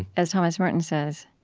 as thomas merton says,